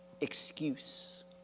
excuse